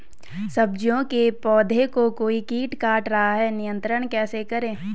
सब्जियों के पौधें को कोई कीट काट रहा है नियंत्रण कैसे करें?